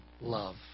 love